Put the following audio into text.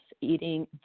eating